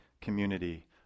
community